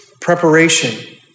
preparation